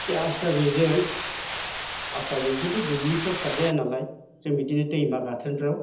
बे आस्रा जेजों आस्रा जेजोंथ' दुब्लिफ्राव सारजाया नालाय जों बिदिनो दैमा गाथोनफ्राव